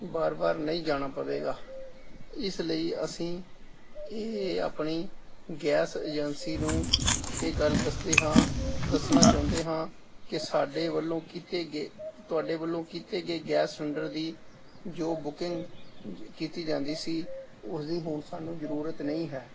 ਵਾਰ ਵਾਰ ਨਹੀਂ ਜਾਣਾ ਪਵੇਗਾ ਇਸ ਲਈ ਅਸੀਂ ਇਹ ਆਪਣੀ ਗੈਸ ਏਜੰਸੀ ਨੂੰ ਇਹ ਗੱਲ ਦੱਸਦੇ ਹਾਂ ਦੱਸਣਾ ਚਾਹੁੰਦੇ ਹਾਂ ਕਿ ਸਾਡੇ ਵੱਲੋਂ ਕੀਤੇ ਗਏ ਤੁਹਾਡੇ ਵੱਲੋਂ ਕੀਤੇ ਗਏ ਗੈਸ ਸਿਲੰਡਰ ਦੀ ਜੋ ਬੁਕਿੰਗ ਕੀਤੀ ਜਾਂਦੀ ਸੀ ਉਹਦੀ ਹੁਣ ਸਾਨੂੰ ਜ਼ਰੂਰਤ ਨਹੀਂ ਹੈ